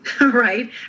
right